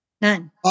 None